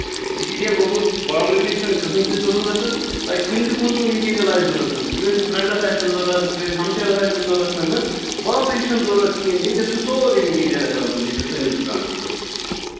اسی لیے گوٚبُر بابرٕنٕچ چھَنہٕ کٕہٕنۍ تہِ ضُروٗرتن تۄہہِ کُنہِ تہِ قٕسمُک مِٹیٖرل آسہِ ضوٚرَتھ کٲنٛسہِ فرٮ۪نٛڈس آسہِ ضوٚرَتھ کٲنٛسہِ ہمشیرس آسہِ ضوٚرَتھ بابرٕنٕچ چھَنہٕ ضوٚرَتھ ییٚتٮ۪تھ چھُ سورٕے مِٹیٖرل ایولیبل ییٚتٮ۪تھ سٲنِس دُکانس پٮ۪ٹھ